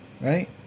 Right